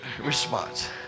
response